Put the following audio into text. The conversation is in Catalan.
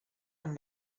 amb